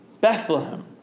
Bethlehem